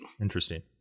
interesting